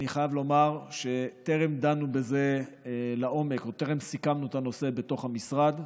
אני חייב לומר שטרם דנו בזה לעומק או טרם סיכמנו את הנושא בתוך המשרד.